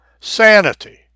Sanity